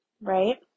right